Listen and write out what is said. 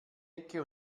ecke